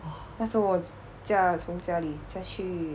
那时候我驾从家里驾去